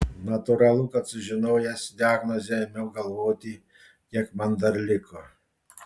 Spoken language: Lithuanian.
natūralu kad sužinojęs diagnozę ėmiau galvoti kiek man dar liko